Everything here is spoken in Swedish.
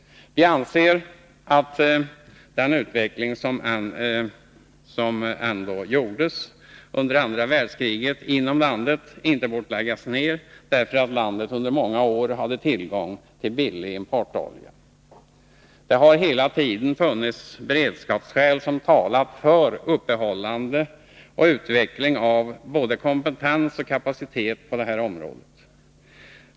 Vi anser att den utveckling som ändå gjordes under andra världskriget inom landet inte bort läggas ned därför att landet under många år hade tillgång till billig importolja. Det har hela tiden funnits beredskapsskäl som talat för uppehållande och utveckling av både kompetens och kapacitet på detta område.